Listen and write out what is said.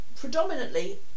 predominantly